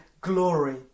glory